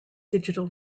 digital